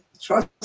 Trust